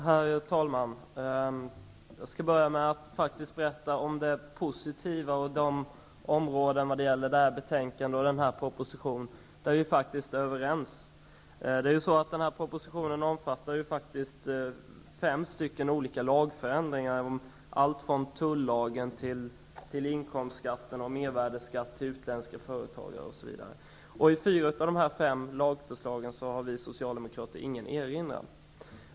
Herr talman! Jag skall börja med att berätta om det positiva som gäller de områden som detta betänkande och propositionen behandlar, nämligen att vi faktiskt är överens. Denna proposition omfattar fem olika lagförändringar som gäller allt från tullagen till inkomstskatt, mervärdeskatt för utländska företagare osv. När det gäller fyra av dessa fem lagförslag har vi socialdemokrater inte någon erinran.